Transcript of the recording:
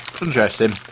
Interesting